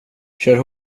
kör